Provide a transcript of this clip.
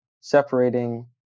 separating